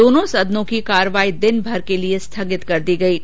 दोनों सदनों की कार्यवाही दिनमर के लिए स्थगित कर दी गई है